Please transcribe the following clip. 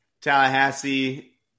Tallahassee